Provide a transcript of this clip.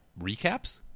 recaps